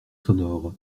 sonores